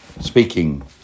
speaking